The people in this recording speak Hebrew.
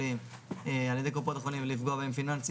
מתקנים פעם בארבע שנים - עכשיו זה חמש שנים,